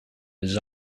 his